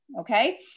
Okay